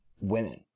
women